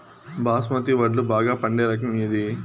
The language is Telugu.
బాస్మతి వడ్లు బాగా పండే రకం ఏది